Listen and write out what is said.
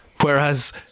whereas